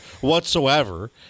whatsoever